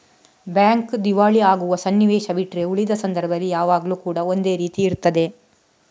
bank ದಿವಾಳಿ ಆಗುವ ಸನ್ನಿವೇಶ ಬಿಟ್ರೆ ಉಳಿದ ಸಂದರ್ಭದಲ್ಲಿ ಯಾವಾಗ್ಲೂ ಕೂಡಾ ಒಂದೇ ರೀತಿ ಇರ್ತದೆ